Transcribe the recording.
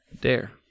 Dare